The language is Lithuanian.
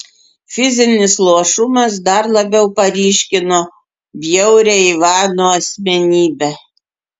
fizinis luošumas dar labiau paryškino bjaurią ivano asmenybę